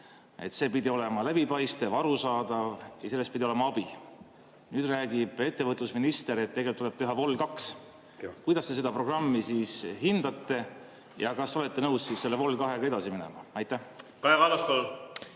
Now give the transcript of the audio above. See pidi olema läbipaistev, arusaadav ja sellest pidi olema abi. Nüüd räägib ettevõtlusminister, et tegelikult tuleb teha vol 2. Kuidas te seda programmi hindate ja kas olete nõus selle vol 2-ga edasi minema? Kaja